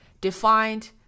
defined